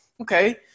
Okay